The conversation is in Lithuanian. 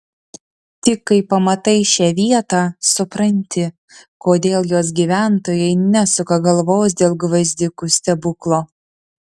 tik kai pamatai šią vietą supranti kodėl jos gyventojai nesuka galvos dėl gvazdikų stebuklo